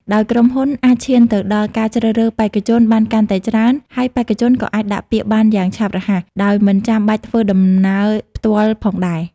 ដោយក្រុមហ៊ុនអាចឈានទៅដល់ការជ្រើសរើសបេក្ខជនបានកាន់តែច្រើន ហើយបេក្ខជនក៏អាចដាក់ពាក្យបានយ៉ាងឆាប់រហ័ស ដោយមិនចាំបាច់ធ្វើដំណើរផ្ទាល់ផងដែរ។